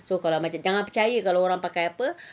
so kalau macam jangan percaya kalau orang pakai apa